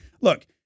Look